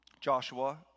Joshua